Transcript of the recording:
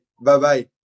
Bye-bye